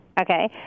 Okay